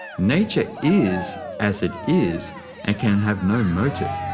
nature is as it is and can have no motive,